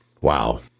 Wow